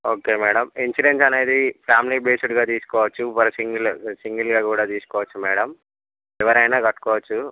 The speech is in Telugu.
ఓకే మేడం ఇన్సూరెన్స్ అనేది ఫ్యామిలీ బేస్డ్గా తీసుకోవచ్చు వర్కింగ్లో సింగిల్గా కూడా తీసుకోవచ్చు మేడం ఎవరైనా కట్టుకోవచ్చు